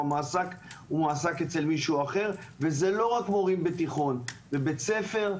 מועסק אצל מישהו אחר וזה לא רק מורים בתיכון בבית ספר,